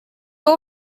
grow